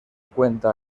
cuenta